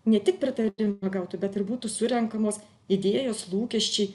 ne tik pritarimą pagautų bet ir būtų surenkamos idėjos lūkesčiai